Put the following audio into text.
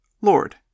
Lord